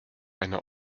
eine